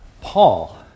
Paul